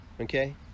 okay